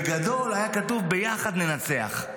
בגדול, היה כתוב: ביחד ננצח.